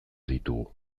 ditugu